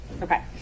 Okay